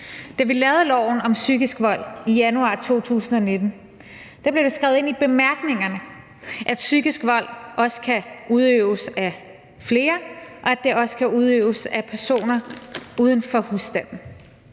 Da vi lavede loven om psykisk vold i januar 2019, blev det skrevet ind i bemærkningerne, at psykisk vold også kan udøves af flere, og at det også kan udøves af personer uden for husstanden.